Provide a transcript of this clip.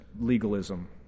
legalism